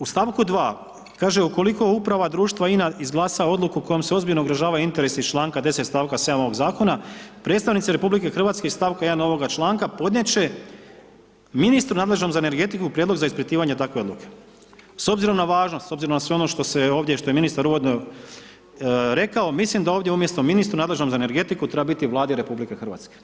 U st. 2. kaže „ukoliko uprava društva INA izglasa odluku kojom se ozbiljno ugrožavaju interesi iz čl. 10. st. 7. ovog zakona, predstavnici RH iz st. 1. ovog članka podnijet će ministru nadležnom za energetiku prijedlog za ispitivanje takve odluke.“ S obzirom na važnost, s obzirom na sve ono što se ovdje, što je ministar uvodno rekao, mislim da ovdje umjesto „ministru nadležnom za energetiku“ treba biti „Vladi RH“